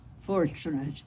fortunate